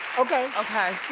okay. okay.